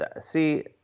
See